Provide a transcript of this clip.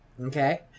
Okay